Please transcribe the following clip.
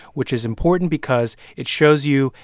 which is important because it shows you,